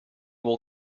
will